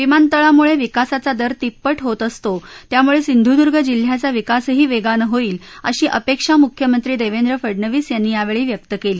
विमानतळामुळे विकासाचा दर तिप्पट होत असतो त्यामुळे सिंधुदुर्ग जिल्ह्याचा विकासही वेगानं होईल अशी अपेक्षा मुख्यमंत्री देवेंद्र फडनवीस यांनी यावेळी व्यक्त केली